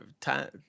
time